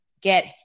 get